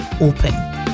Open